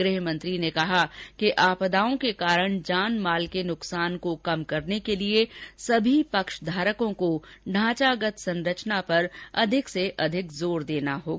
गृह मंत्री ने कहा कि आपदाओं के कारण जान माल के नुकसान को कम करने के लिए सभी पक्षधारकों को ढांचागत संरचना पर अधिक से अधिक जोर देना होगा